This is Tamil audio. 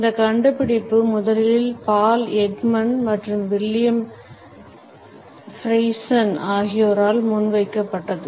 இந்த கண்டுபிடிப்பு முதலில் பால் எக்மன் மற்றும் வில்லியம் ஃப்ரைசென் ஆகியோரால் முன்வைக்கப்பட்டது